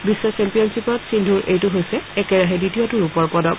বিশ্ব চেম্পিয়নশ্বীপত সিন্ধুৰ এইটো হৈছে একেৰাহে দ্বিতীয়টো ৰূপৰ পদক